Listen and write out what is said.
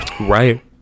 Right